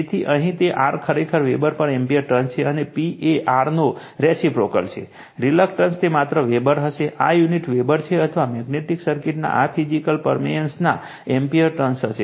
તેથી અહીં તે R ખરેખર વેબર પર એમ્પીયર ટર્ન્સ છે અને P એ R નો રેસિપ્રોકલ છે રિલક્ટન્સ તે માત્ર વેબર હશે આ યુનિટ વેબર છે અથવા મેગ્નેટિક સર્કિટના આ ફિજીકલ પરમેયન્સના એમ્પીયર ટર્ન્સ હશે